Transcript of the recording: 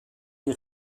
die